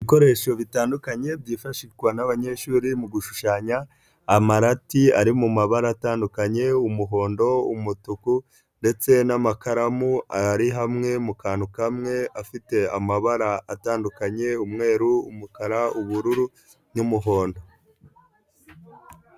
Ibikoresho bitandukanye byifashishwa n'abanyeshuri mu gushushanya amarati ari mu mabara atandukanye, umuhondo umutuku ndetse n'amakaramu ari hamwe mu kantu kamwe afite amabara atandukanye umweru, umukara, ubururu, n'umuhondo.